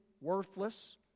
worthless